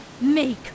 make